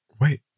Wait